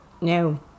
No